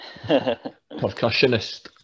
Percussionist